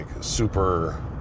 super